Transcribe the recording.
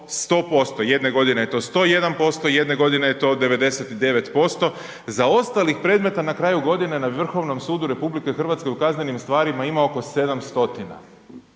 100%, jedne godine je to 101%, jedne godine je to 99%, zaostalih predmeta na kraju godine na Vrhovnom sudu RH u kaznenim stvarima ima oko 7